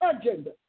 agenda